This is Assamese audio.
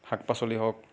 শাক পাচলি হওক